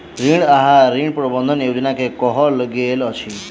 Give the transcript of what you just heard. ऋण आहार, ऋण प्रबंधन योजना के कहल गेल अछि